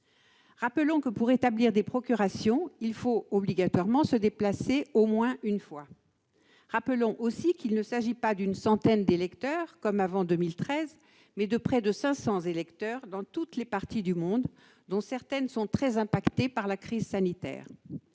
Rappelons que, pour établir une procuration, il faut de toute façon se déplacer au moins une fois. Rappelons aussi qu'il s'agit non pas d'une centaine d'électeurs, comme avant 2013, mais de près de cinq cents, répartis dans toutes les parties du monde, dont certaines sont très affectées par la crise sanitaire.